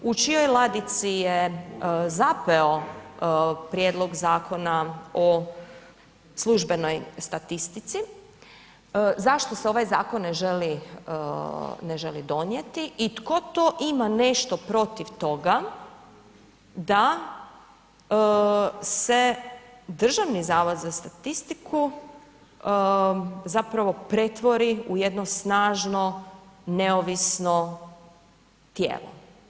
U čijoj ladici je zapeo Prijedlog zakona o službenoj statistici, zašto se ovaj zakon ne želi donijeti i tko to ima nešto protiv toga da se Državni zavod za statistiku zapravo pretvori u jedno snažno, neovisno tijelo?